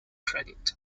credit